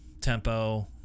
tempo